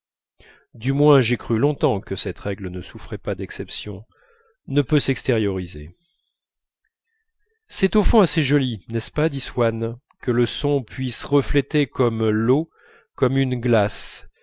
du moins j'ai cru longtemps que cette règle ne souffrait pas d'exceptions ne peut s'extérioriser c'est au fond assez joli n'est-ce pas dit swann que le son puisse refléter comme l'eau comme une glace